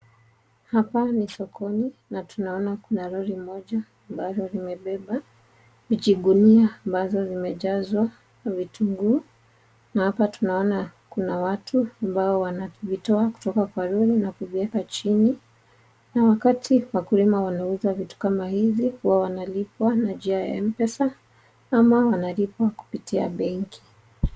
Hapa ni sokoni na tunaona kuna lori moja ambalo limebeba vijigunia ambazo zimejazwa vitunguu na hapa tunaona kuna watu ambao wanavitoa kutoka kwa lori na kuvieka chini, na wakati wakulima wanauza vitu kama hizi wao wanalipwa na njia ya m-pesa ama wanalipwa kupitia benki.